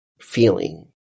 feeling